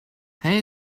hij